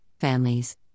families